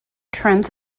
trends